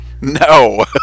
No